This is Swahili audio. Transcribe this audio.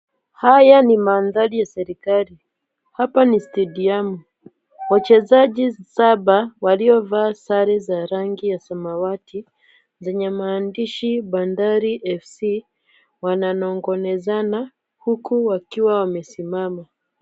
Haya ni mandhari ya serikali. Hapa ni stadiamu . Wachezaji saba waliovaa sare za rangi ya samawati, zenye maandishi BANDARI FC wananong'onezana huku wakiwa wamesimama.